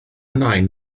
nain